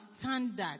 standards